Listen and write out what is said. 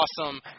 awesome